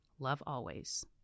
lovealways